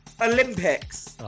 Olympics